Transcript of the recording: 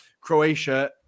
Croatia